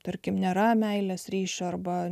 tarkim nėra meilės ryšio arba